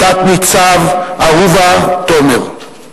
תת-ניצב אהובה תומר.